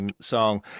song